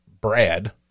Brad